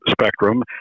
spectrum